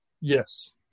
Yes